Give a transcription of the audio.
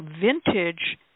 vintage